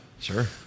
Sure